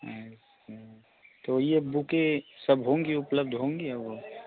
अच्छा तो यह बुकें सब होंगे उपलब्ध होंगे वह